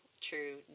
true